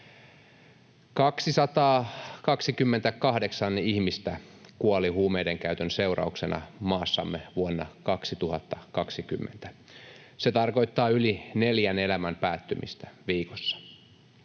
228 ihmistä kuoli huumeiden käytön seurauksena maassamme vuonna 2020. Se tarkoittaa yli neljän elämän päättymistä viikossa.